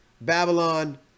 babylon